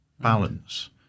balance